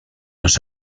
las